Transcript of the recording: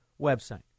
website